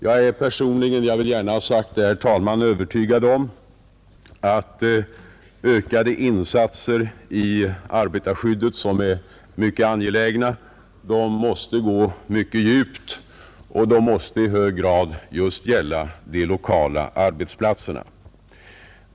Jag är personligen — jag vill gärna ha sagt det, herr talman — övertygad om att ökade insatser i arbetarskyddet, vilka är ytterst angelägna, måste gå mycket djupt, och de måste i hög grad just gälla de lokala arbetsplatserna.